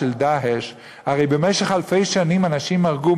של "דאעש" הרי במשך אלפי שנים אנשים הרגו,